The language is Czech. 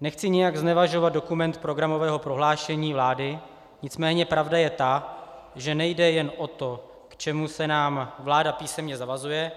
Nechci nijak znevažovat dokument programového prohlášení vlády, nicméně pravda je ta, že nejde jen o to, k čemu se nám vláda písemně zavazuje,